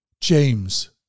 James